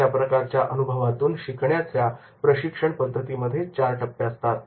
अशा प्रकारच्या अनुभवातून शिकण्याच्या प्रशिक्षण पद्धतीमध्ये चार टप्पे असतात